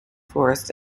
forest